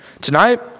Tonight